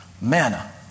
Manna